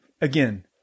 again